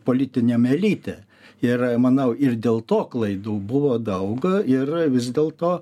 politiniam elite ir manau ir dėl to klaidų buvo daug ir vis dėlto